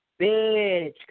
bitch